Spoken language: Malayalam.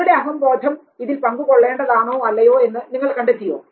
നിങ്ങളുടെ അഹംബോധം ഇതിൽ പങ്കു കൊള്ളേണ്ടതാണോ അല്ലയോ എന്ന് നിങ്ങൾ കണ്ടെത്തിയോ